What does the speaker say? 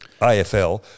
AFL